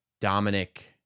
Dominic